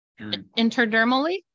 interdermally